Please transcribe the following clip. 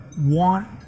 want